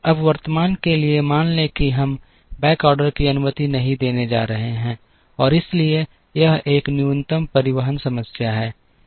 अब वर्तमान के लिए मान लें कि हम बैक ऑर्डर करने की अनुमति नहीं देने जा रहे हैं और इसलिए यह एक न्यूनतम परिवहन समस्या है